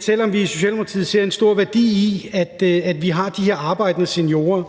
selv om vi i Socialdemokratiet ser en stor værdi i, at vi har de her arbejdende seniorer,